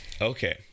Okay